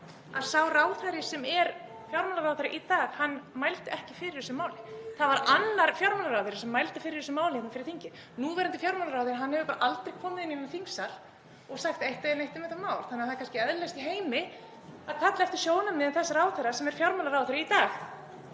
að sá ráðherra sem er fjármálaráðherra í dag mælti ekki fyrir þessu máli. Það var annar fjármálaráðherra sem mælti fyrir þessu máli hér í þinginu. Núverandi fjármálaráðherra hefur bara aldrei komið inn í þingsal og sagt eitt eða neitt um þetta mál þannig að það er kannski eðlilegast í heimi að kalla eftir sjónarmiðum þess ráðherra sem er fjármálaráðherra í dag.